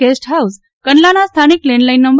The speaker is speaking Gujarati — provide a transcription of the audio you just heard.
ગેસ્ટહાઉસ કંડલાના સ્થાનિક લેન્ડલાઇન નં